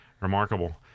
Remarkable